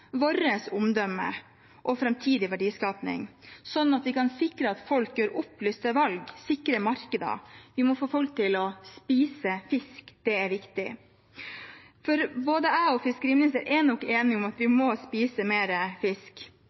og framtidig verdiskapning, sånn at vi kan sikre at folk gjør opplyste valg og sikre markeder. Vi må få folk til å spise fisk. Det er viktig. Både fiskeriministeren og jeg er nok enige om at vi må spise mer fisk.